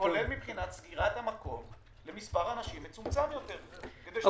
הרי באותה מידה כל מה שקרה השנה יכול היה לקרות לפני שנתיים.